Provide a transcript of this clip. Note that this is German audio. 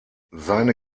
seine